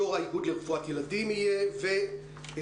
יו"ר האיגוד לרפואת ילדים יהיה איתנו,